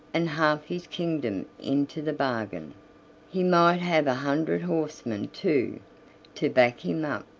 and half his kingdom into the bargain he might have a hundred horsemen, too, to back him up.